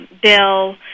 bill